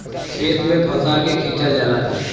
खेत में फंसा के खिंचल जाला